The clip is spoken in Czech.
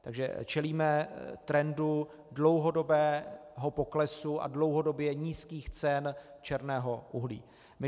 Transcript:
Takže čelíme trendu dlouhodobého poklesu a dlouhodobě nízkých cen černého uhlí.